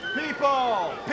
People